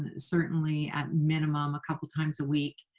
ah certainly, at minimum, a couple times a week.